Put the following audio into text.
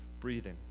breathing